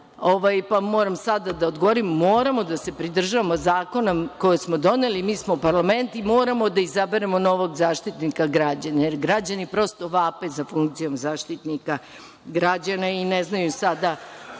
pa moram sada da odgovorim. Moramo da se pridržavamo zakona koje smo doneli. Mi smo parlament i moramo da izaberemo novog Zaštitnika građana, jer građani prosto vape za funkcijom Zaštitnika građana i ne znaju sada